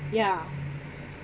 yeah